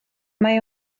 mae